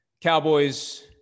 Cowboys